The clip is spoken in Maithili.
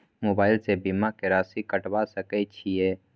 मोबाइल से बीमा के राशि कटवा सके छिऐ?